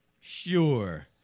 Sure